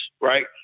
right